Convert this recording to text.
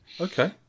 Okay